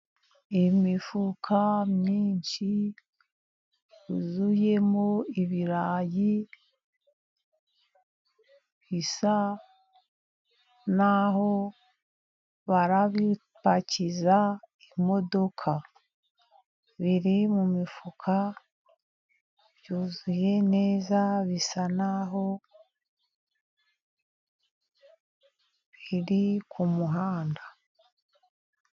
Imifuka myinshi yuzuyemo ibirayi bisa naho babipakiza imodoka, biri mu mifuka byuzuye neza, bisa naho biri ku muhanda.